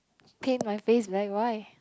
paint my face like why